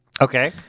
Okay